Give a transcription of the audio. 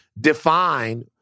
define